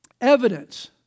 evidence